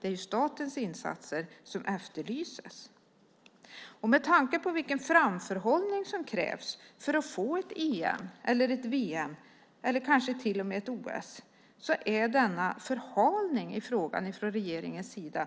Det är statens insatser som efterlyses. Med tanke på vilken framförhållning som krävs för att få ett EM eller ett VM eller kanske till och med ett OS är denna förhalning i frågan från regeringens sida